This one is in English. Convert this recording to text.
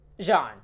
Jean